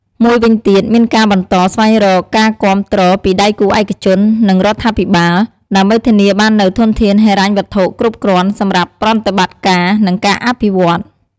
មួយវិញទៀតមានការបន្តស្វែងរកការគាំទ្រពីដៃគូឯកជន និងរដ្ឋាភិបាល ដើម្បីធានាបាននូវធនធានហិរញ្ញវត្ថុគ្រប់គ្រាន់សម្រាប់ប្រតិបត្តិការ និងការអភិវឌ្ឍន៍។